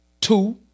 two